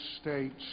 States